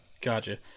gotcha